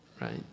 right